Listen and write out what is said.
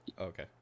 Okay